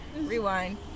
rewind